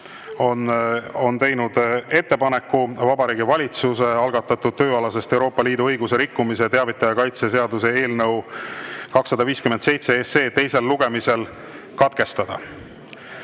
on teinud ettepaneku Vabariigi Valitsuse algatatud tööalasest Euroopa Liidu õiguse rikkumisest teavitaja kaitse seaduse eelnõu 257 teisel lugemisel katkestada.